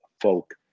folk